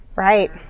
Right